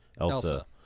Elsa